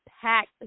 packed